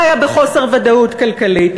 חיה בחוסר ודאות כלכלית,